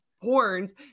horns